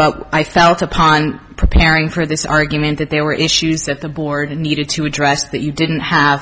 but i felt upon preparing for this argument that there were issues that the board needed to address that you didn't have